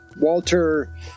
Walter